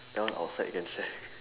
that one outside we can share